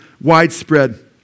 widespread